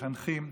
מחנכים,